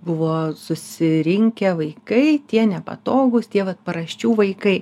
buvo susirinkę vaikai tie nepatogūs tie vat paraščių vaikai